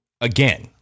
Again